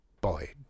Boy